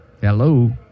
Hello